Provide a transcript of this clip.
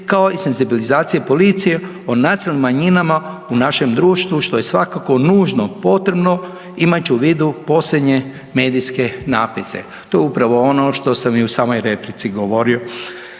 kao i senzibilizacije policije o nacionalnim manjinama u našem društvu što je svakako nužno potrebno imajući u vidu posljednje medijske natpise. To je upravo ono što sam i u samoj replici govorio.